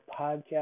podcast